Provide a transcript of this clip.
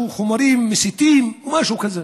חומרים מסיתים או משהו כזה.